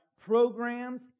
programs